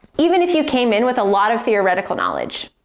even if you came in with a lot of theoretical knowledge.